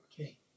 Okay